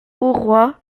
auroi